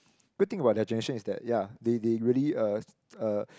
good thing about the generation is that ya they they really uh